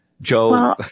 Joe